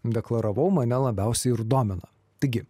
deklaravau mane labiausia ir domina taigi